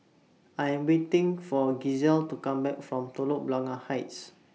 I Am waiting For Gisele to Come Back from Telok Blangah Heights